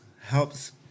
helps